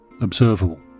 observable